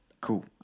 Cool